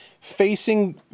facing